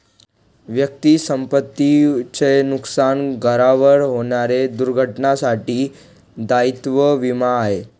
वैयक्तिक संपत्ती च नुकसान, घरावर होणाऱ्या दुर्घटनेंसाठी दायित्व विमा आहे